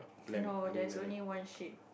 no there's only one sheep